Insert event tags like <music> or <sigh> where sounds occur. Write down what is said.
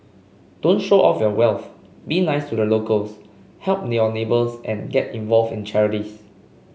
don't show off your wealth be nice to the locals help <unintelligible> neighbours and get involved in charities